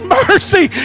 mercy